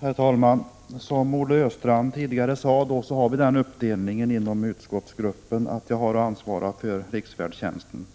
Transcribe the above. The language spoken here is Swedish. Herr talman! Som Olle Östrand sade har vi den uppdelningen i utskottsgruppen att jag har att ansvara för avsnittet om riksfärdtjänsten.